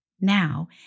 now